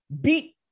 beat